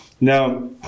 Now